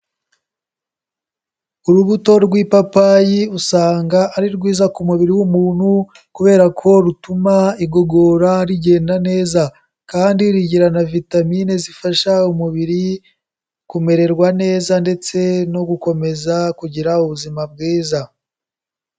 Urubuto rw'ipapayi usanga ari rwiza ku mubiri w'umuntu kubera ko rutuma igogora rigenda neza, kandi rigira na vitamine zifasha umubiri kumererwa neza ndetse no gukomeza kugira ubuzima bwiza.